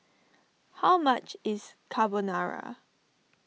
how much is Carbonara